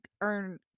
earn